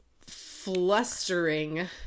flustering